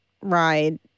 ride